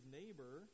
neighbor